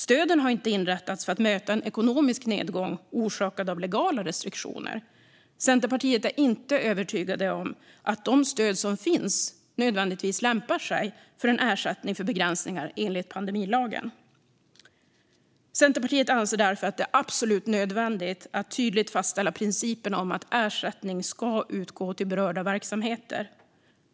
Stöden har inte inrättats för att möta en ekonomisk nedgång orsakad av legala restriktioner. Centerpartiet är inte övertygat om att de stöd som finns nödvändigtvis lämpar sig som ersättning för begränsningar enligt pandemilagen. Centerpartiet anser därför att det är absolut nödvändigt att tydligt fastställa principen om att ersättning ska utgå till berörda verksamheter.